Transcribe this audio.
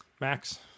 Max